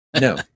No